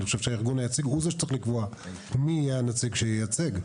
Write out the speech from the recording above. אני חושב שהארגון היציג הוא זה שצריך לקבוע מי יהיה הנציג שייצג.